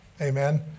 Amen